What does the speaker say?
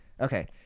Okay